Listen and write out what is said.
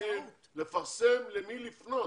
לפרסם למי לפנות.